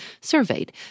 surveyed